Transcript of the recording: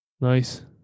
Nice